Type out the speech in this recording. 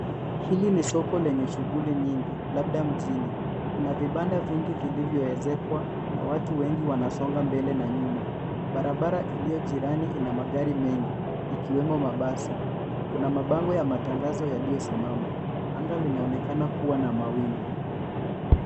Hili ni soko lenye shughuli nyingi labda mjini. Kuna vipanda vingi vilivyoezekwa na watu wengi wanasonga mbele na nyuma. Barabara ilio jirani ina magari mengi ikiwemo mabasi. Kuna mabango ya matangazo yaliosimama. Anga linaonekana kuwa na mawingu.